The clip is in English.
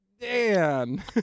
Dan